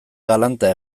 galanta